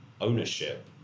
ownership